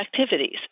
activities